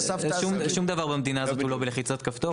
שום דבר במדינה הזו הוא לא בלחיצת כפתור.